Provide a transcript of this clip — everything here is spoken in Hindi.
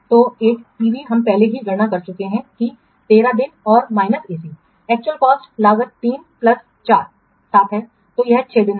तो एक EV हम पहले ही गणना कर चुके हैं कि 13 दिन और माइनस AC एक्चुअल कॉस्टलागत 3 प्लस 4 7 है तो यह 6 दिन है